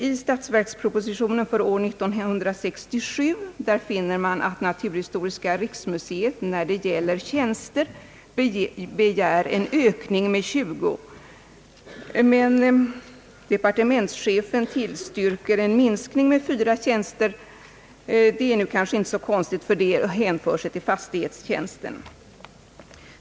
I statsverkspropositionen för år 1967 begär naturhistoriska riksmuseet en ökning med 20 tjänster, men departementschefen tillstyrker en minskning med 4 tjänster. Detta är inte så konstigt, det gäller personal för fastighetstjänsten.